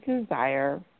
desire